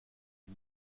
une